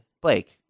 Blake